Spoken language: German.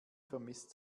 vermisst